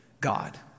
God